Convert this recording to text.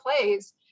plays